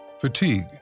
fatigue